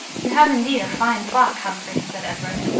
you have indeed a fine flock, humphrey! said edward.